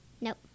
Nope